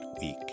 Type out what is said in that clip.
week